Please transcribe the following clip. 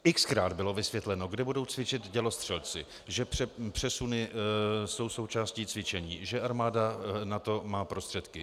Xkrát bylo vysvětleno, kde budou cvičit dělostřelci, že přesuny jsou součástí cvičení, že armáda na to má prostředky.